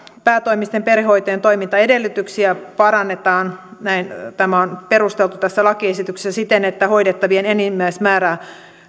päätoimisten perhehoitajien toimintaedellytyksiä parannetaan tämä on perusteltu tässä lakiesityksessä siten että hoidettavien enimmäismäärä